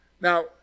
Now